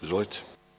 Izvolite.